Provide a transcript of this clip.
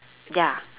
ya